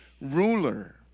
ruler